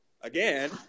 Again